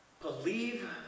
Believe